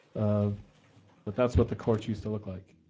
um but that's what the courts used to look like.